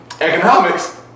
Economics